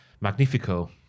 Magnifico